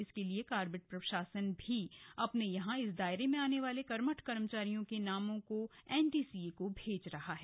इसके लिए कॉर्बेट प्रशासन भी अपने यहां इस दायरे में आने वाले कर्मठ कर्मचारियों के नामों को एनटीसीए को भेज रहा है